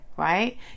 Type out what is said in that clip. Right